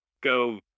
go